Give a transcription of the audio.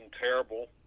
terrible